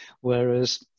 whereas